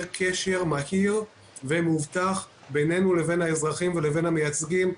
קשר מהיר ומאובטח בינינו לבין האזרחים והמייצגים,